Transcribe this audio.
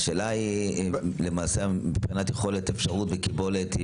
השאלה למעשה מבחינת יכולת אפשרות וקיבולת היא